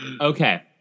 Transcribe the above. Okay